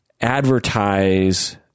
advertise